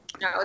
No